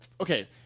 okay